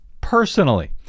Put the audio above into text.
personally